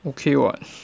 okay [what]